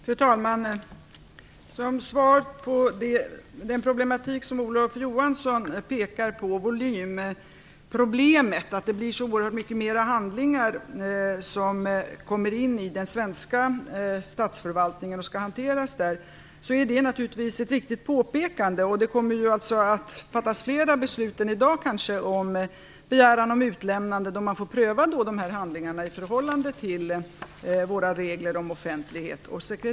Fru talman! Olof Johanssons påpekande om volymproblemet - det faktum att så oerhört många fler handlingar kommer in i den svenska statsförvaltningen och skall hanteras där - är naturligtvis riktigt. Det kommer kanske att fattas fler beslut än i dag vad gäller begäran om utlämnande, och då man får pröva handlingarna i förhållande till våra regler om offentlighet och sekretess.